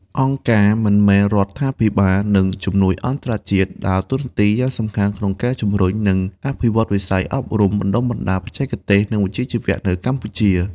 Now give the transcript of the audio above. អង្គការមិនមែនរដ្ឋាភិបាល និងជំនួយអន្តរជាតិដើរតួនាទីយ៉ាងសំខាន់ក្នុងការជំរុញ និងអភិវឌ្ឍវិស័យអប់រំបណ្តុះបណ្តាលបច្ចេកទេស និងវិជ្ជាជីវៈ នៅកម្ពុជា។